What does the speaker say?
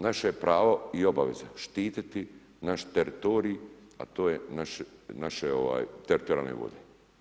Naše je pravo i obaveza štiti naš teritorij a to je naše teritorijalne vode.